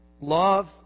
love